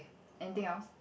anything else